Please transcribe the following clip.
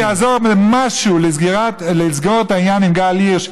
אם זה יעזור במשהו לסגור את העניין עם גל הירש,